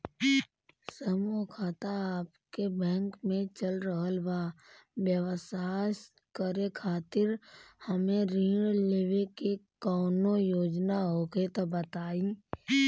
समूह खाता आपके बैंक मे चल रहल बा ब्यवसाय करे खातिर हमे ऋण लेवे के कौनो योजना होखे त बताई?